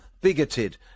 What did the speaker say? bigoted